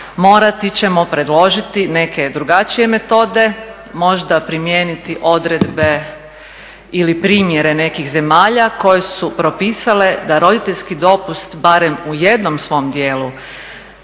morati ćemo predložiti neke drugačije metode, možda primijeniti odredbe ili primjere nekih zemalja koje su propisale da roditeljski dopust barem u jednom svom dijelu,